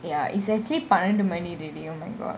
ya it's actually பன்னண்டு மணி :panandu mani really oh my god